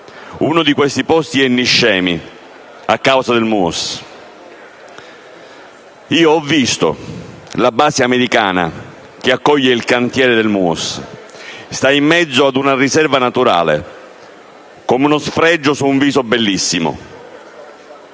Uno di questi posti è Niscemi, a causa del MUOS. Ho visto la base americana che accoglie il cantiere del MUOS: sta in mezzo ad una riserva naturale, come uno sfregio su un viso bellissimo.